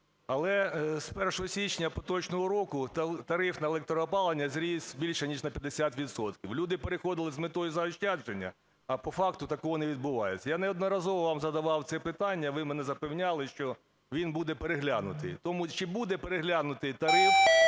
Але з 1 січня поточного року тариф на електроопалення зріс більше ніж на 50 відсотків. Люди переходили з метою заощадження, а по факту такого не відбувається. Я неодноразово вам задавав це питання, ви мене запевняли, що він буде переглянутий. Тому, чи буде переглянутий тариф